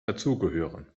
dazugehören